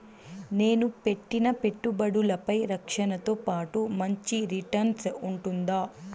నేను పెట్టిన పెట్టుబడులపై రక్షణతో పాటు మంచి రిటర్న్స్ ఉంటుందా?